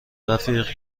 رفیق